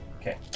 Okay